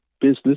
business